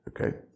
okay